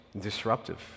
disruptive